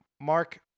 Mark